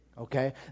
Okay